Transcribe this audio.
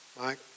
Mike